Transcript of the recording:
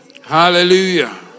Hallelujah